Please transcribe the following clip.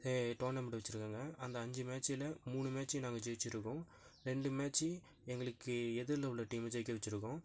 tournament வச்சுருக்காங்க அந்த அஞ்சு மேட்ச்சில் மூணு மேட்ச்சு நாங்கள் ஜெயிச்சுருக்கோம் ரெண்டு மேட்ச்சு எங்களுக்கு எதிரில் உள்ள டீம்மு ஜெயிக்க வச்சுருக்கோம்